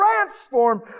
transformed